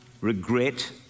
regret